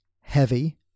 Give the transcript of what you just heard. heavy